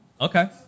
Okay